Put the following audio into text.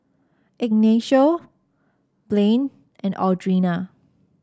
Ignacio Blaine and Audrina